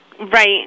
Right